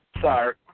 Sorry